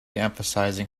emphasizing